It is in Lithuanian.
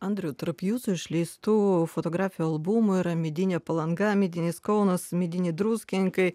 andriau tarp jūsų išleistų fotografijų albumų yra medinė palanga medinis kaunas mediniai druskininkai